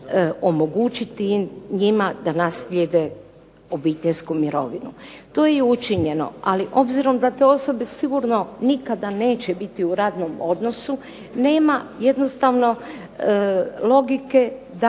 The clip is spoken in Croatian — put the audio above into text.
omogućiti njima da naslijede obiteljsku mirovinu. To je učinjeno, ali obzirom da te osobe sigurno nikada neće biti u radnom odnosu nema jednostavno logike da